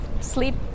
sleep